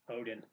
Odin